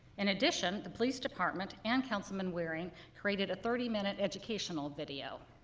in addition, the police department and councilman waring created a thirty minute educational video.